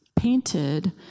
Painted